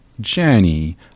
journey